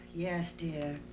yes, dear.